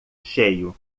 cheio